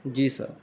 جی سر